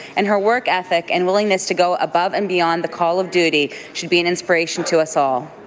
and her work ethic and willingness to go above and beyond the call of duty should be an inspiration to us all.